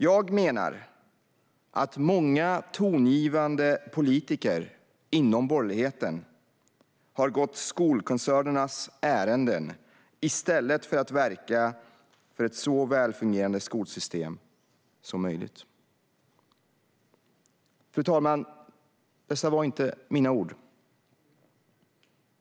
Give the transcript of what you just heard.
Jag menar att många tongivande politiker inom borgerligheten har gått skolkoncernernas ärenden i stället för att verka för ett så välfungerande skolsystem som möjligt." Fru talman! Dessa var inte mina ord.